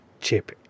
chip